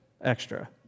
extra